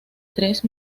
tres